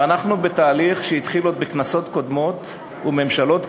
ואנחנו בתהליך שהתחיל עוד בכנסות קודמות וממשלות קודמות,